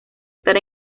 estar